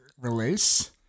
release